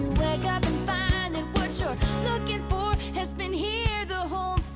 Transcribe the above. wake up and find that what you're looking for has been here the whole